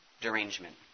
derangement